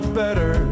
better